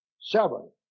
Seven